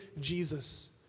Jesus